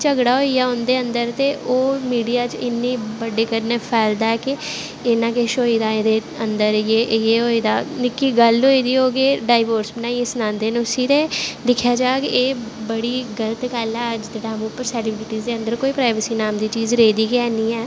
झगड़ा होईया उंदे अन्दर ते ओह् मिडिया च इन्ने बड्डे करियै फैलदा ऐ ते किन्ना किश होए दा एह्दे अन्दर होए दा निक्की गल्ल होई दी होग ते एह् डाइबोरस बनाईयै सनांदे न एह् ते दिक्खेआ जाह्ग एह् बड़ी गल्त गल्ल ऐ अज्ज दे टाईम उप्पर सैल्ब्रिटी दे अन्गर प्राईवेसी नांऽ दी कोई चीज़ रेह्दी गै नी ऐ